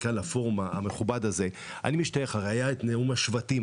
כאן לפורום המכובד הזה היה את נאום השבטים.